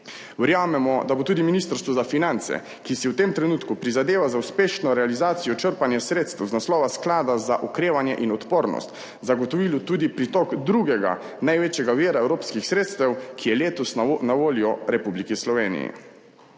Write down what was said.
Verjamemo, da bo tudi Ministrstvo za finance, ki si v tem trenutku prizadeva za uspešno realizacijo črpanja sredstev iz naslova Sklada za okrevanje in odpornost, zagotovilo tudi pritok drugega največjega vira evropskih sredstev, ki je letos na voljo Republiki Sloveniji.